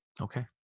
Okay